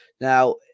now